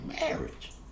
marriage